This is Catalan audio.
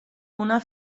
una